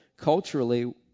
culturally